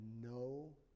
no